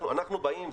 אנחנו באים,